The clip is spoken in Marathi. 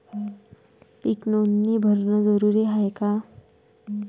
पीक नोंदनी भरनं जरूरी हाये का?